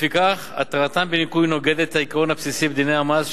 לפיכך התרתן בניכוי נוגדת את העיקרון הבסיסי בדיני המס,